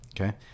Okay